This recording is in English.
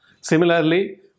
Similarly